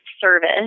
service